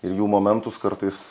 ir jų momentus kartais